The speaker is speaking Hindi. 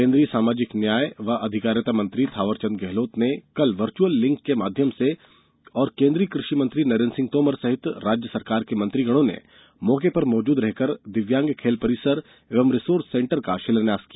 केन्द्रीय सामाजिक न्याय तथा अधिकारिता मंत्री थावरचंद गेहलोत ने कल वर्चुअल लिंक के माध्यम से और केन्द्रीय कृषि मंत्री नरेन्द्र सिंह तोमर सहित राज्य सरकार के मंत्रिगणों ने मौके पर मौजूद रहकर दिव्यांग खेल परिसर एवं रिसोर्स सेंटर का शिलान्यास किया